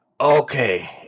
Okay